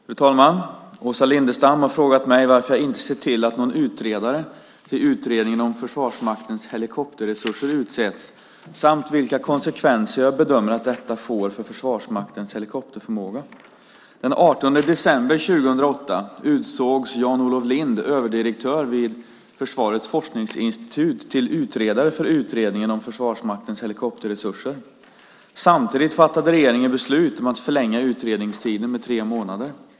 Fru talman! Åsa Lindestam har frågat mig varför jag inte sett till att någon utredare till utredningen om Försvarsmaktens helikopterresurser utsetts samt vilka konsekvenser jag bedömer att detta får för Försvarsmaktens helikopterförmåga. Den 18 december 2008 utsågs Jan-Olof Lind, överdirektör vid Försvarets forskningsinstitut, till utredare för utredningen om Försvarsmaktens helikopterresurser. Samtidigt fattade regeringen beslut om att förlänga utredningstiden med tre månader.